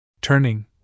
turning